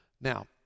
Now